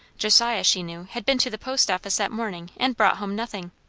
josiah, she knew, had been to the post office that morning, and brought home nothing!